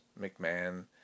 mcmahon